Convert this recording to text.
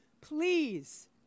Please